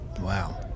Wow